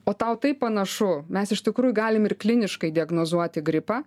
o tau taip panašu mes iš tikrųjų galim ir kliniškai diagnozuoti gripą